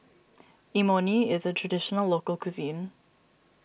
Imoni is a Traditional Local Cuisine